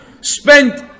spent